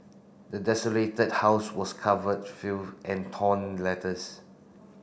the desolated house was covered filth and torn letters